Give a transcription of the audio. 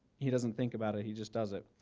he doesn't think about it. he just does it.